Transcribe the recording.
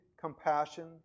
compassion